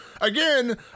again